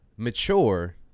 mature